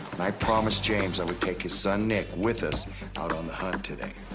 and i promised james i would take his son nick with us out on the hunt today.